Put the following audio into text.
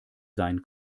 sein